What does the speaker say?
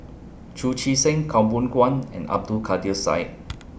Chu Chee Seng Khaw Boon Wan and Abdul Kadir Syed